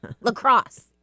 lacrosse